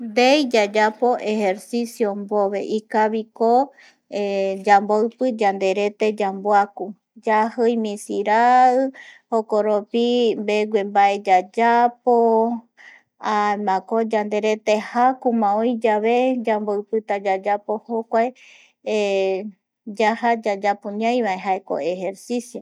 Ndei yayapo ejercicio mbove ikaviko yamboipiko yanderete yamboaku, yajii misirai, jokoropi mbegue, mbae yayapo amako yanderete jakuma oi yave yamboipita yayapo jokuae yaja yayapo ñaivae jaeko ejercicio